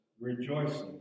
rejoicing